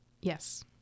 Yes